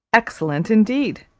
excellent indeed.